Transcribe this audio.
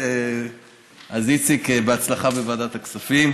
איציק, בהצלחה בוועדת הכספים.